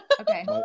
Okay